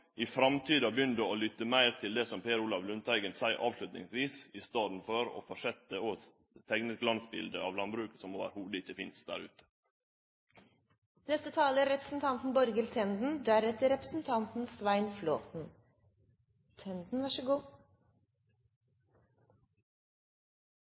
i framtida begynner å lytte meir til det som Per Olaf Lundteigen sa til slutt no, i staden for å fortsetje å teikne eit glansbilete av landbruket som ikkje i det heile finst der ute. Venstre sitter dessverre ikke i næringskomiteen, så